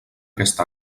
aquest